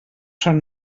són